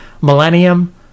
millennium